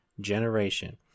generation